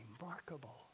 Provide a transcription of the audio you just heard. remarkable